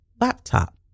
laptop